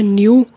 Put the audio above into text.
new